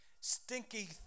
Stinky